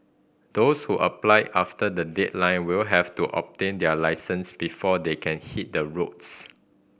those who apply after the deadline will have to obtain their licence before they can hit the roads